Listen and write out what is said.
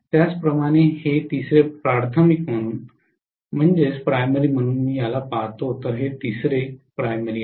त्याचप्रमाणे मी हे तिसरे प्राथमिक म्हणून पहातो तर हे तिसरे प्राथमिक आहे